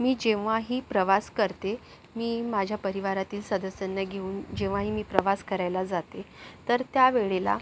मी जेव्हा ही प्रवास करते मी माझ्या परिवारातील सदस्यांना घेऊन जेव्हा ही मी प्रवास करायला जाते तर त्यावेळेला